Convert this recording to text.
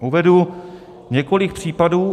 Uvedu několik případů.